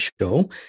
show